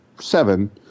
seven